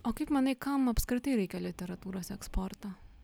o kaip manai kam apskritai reikia literatūros eksporto